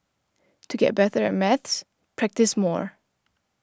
to get better at maths practise more